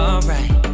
Alright